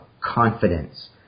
confidence